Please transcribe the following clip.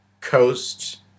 Coast